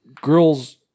girls